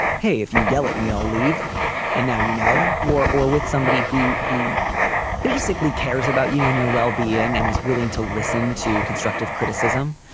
hey, if you yell at me, i'll leave and now, you know, or or with somebody who who basically cares about you and your well-being and is willing to listen to constructive criticism.